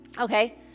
Okay